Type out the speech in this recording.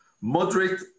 moderate